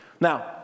Now